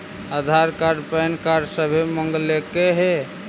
आधार card PAN card सभे मगलके हे?